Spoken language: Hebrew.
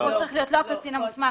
צריך להיות לא הקצין המוסמך.